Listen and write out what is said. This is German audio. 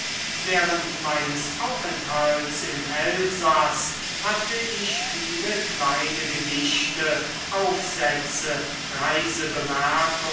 während meines aufenthalts im elsaß hatte ich viel kleine gedichte aufsätze